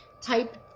Type